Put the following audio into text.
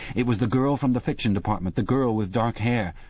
it was the girl from the fiction department, the girl with dark hair.